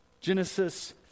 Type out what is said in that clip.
Genesis